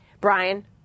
Brian